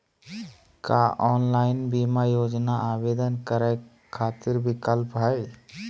का ऑनलाइन बीमा योजना आवेदन करै खातिर विक्लप हई?